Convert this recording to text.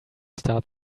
start